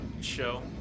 show